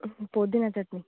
ପୋଦିନା ଚଟଣୀ